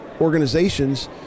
organizations